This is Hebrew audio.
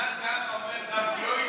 מתן כהנא אומר "דף יוימי".